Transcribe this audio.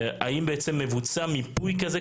האם מבוצע מיפוי כזה,